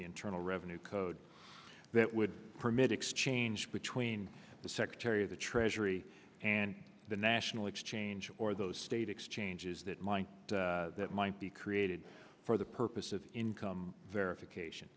the internal revenue code that would permit exchange between the secretary of the treasury and the national exchange or those state exchanges that might that might be created for the purpose of income verification